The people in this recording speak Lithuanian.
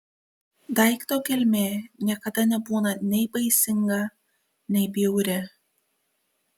daikto gelmė niekada nebūna nei baisinga nei bjauri